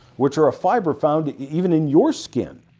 which are a fiber found even in your skin.